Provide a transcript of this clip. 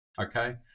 Okay